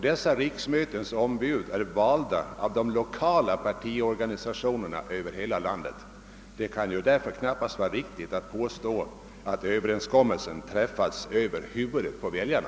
Dessa riksmötens ombud är valda av de lokala partiorganisationerna över hela landet. Det kan därför inte vara riktigt att påstå, att överenskommelsen träffats över huvudet på väljarna.